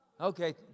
Okay